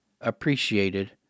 appreciated